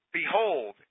Behold